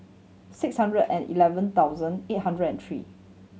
six hundred and eleven thousand eight hundred and three